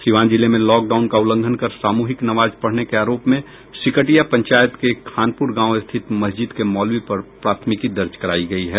सिवान जिले में लॉकडाउन का उल्लंघन कर सामूहिक नमाज पढ़ने के आरोप में सिकटिया पंचायत के खानपुर गांव स्थित मस्जिद के मौलवी पर प्राथमिकी दर्ज करायी गयी है